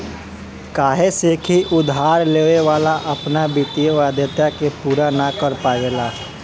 काहे से की उधार लेवे वाला अपना वित्तीय वाध्यता के पूरा ना कर पावेला